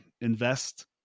invest